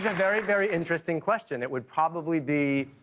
very, very interesting question, it would probably be